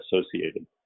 associated